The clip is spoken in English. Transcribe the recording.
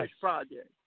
Project